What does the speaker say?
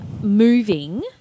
moving